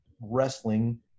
wrestling